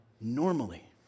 normally